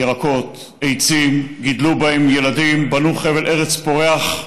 ירקות, עצים, גידלו בהם ילדים, בנו חבל ארץ פורח.